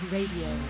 Radio